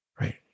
Right